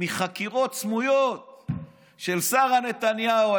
מחקירות סמויות של שרה נתניהו,